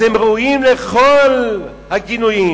אז הם ראויים לכל הגינויים.